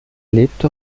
lebte